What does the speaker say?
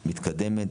מתקדמת,